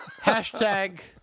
Hashtag